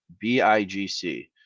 B-I-G-C